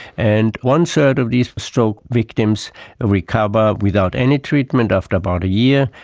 and one-third of these stroke victims recover without any treatment after about a year.